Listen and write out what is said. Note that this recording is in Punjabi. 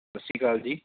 ਸਤਿ ਸ਼੍ਰੀ ਅਕਾਲ ਜੀ